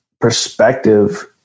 perspective